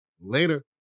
Later